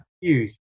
huge